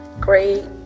great